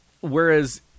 whereas